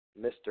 Mr